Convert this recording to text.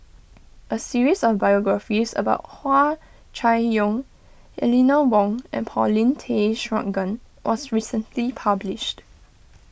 a series of biographies about Hua Chai Yong Eleanor Wong and Paulin Tay Straughan was recently published